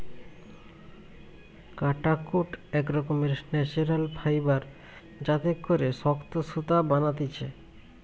কাটাকুট এক রকমের ন্যাচারাল ফাইবার যাতে করে শক্ত সুতা বানাতিছে